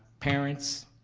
parents,